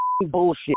bullshit